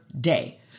day